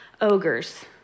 ogres